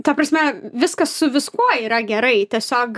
ta prasme viskas su viskuo yra gerai tiesiog